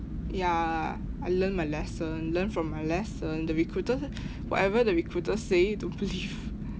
ya lah I learn my lesson learn from my lesson the recruiter whatever the recruiter say don't believe